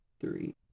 three